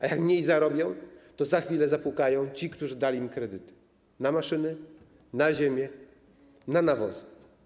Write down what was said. A jak mniej zarobią, to za chwilę zapukają ci, którzy dali im kredyty na maszyny, na ziemię, na nawozy.